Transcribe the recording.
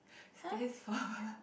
stands for